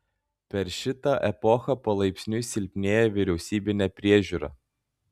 per šitą epochą palaipsniui silpnėja vyriausybinė priežiūra